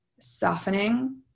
softening